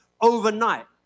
overnight